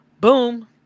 Boom